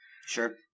Sure